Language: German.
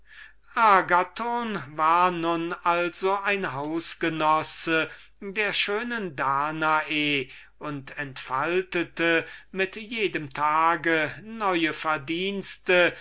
agathon war nun also ein hausgenosse der schönen danae und entfaltete mit jedem tage neue verdienste